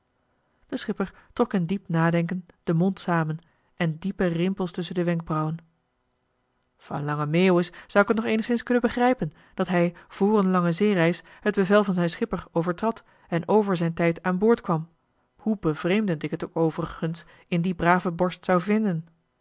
de schipper trok in diep nadenken den mond samen en diepe rimpels tusschen de wenkbrauwen van lange meeuwis zou ik t nog eenigszins kunnen begrijpen dat hij vr een lange zeereis t bevel van zijn schipper overtrad en over zijn tijd aan boord kwam hoe bevreemdend ik het ook overigens in dien joh h been paddeltje de scheepsjongen van michiel de ruijter braven borst zou vinden